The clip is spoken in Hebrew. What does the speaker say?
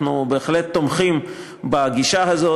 אנחנו בהחלט תומכים בגישה הזאת.